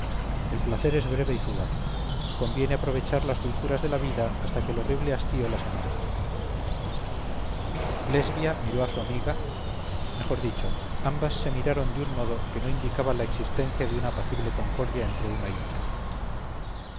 el placer es breve y fugaz conviene aprovechar las dulzuras de la vida hasta que el horrible hastío las amargue lesbia miró a su amiga mejor dicho ambas se miraron de un modo que no indicaba la existencia de una apacible concordia entre una y otra